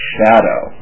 Shadow